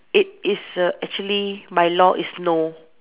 it is a actually my law is no